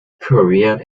korea